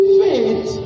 faith